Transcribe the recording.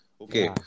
Okay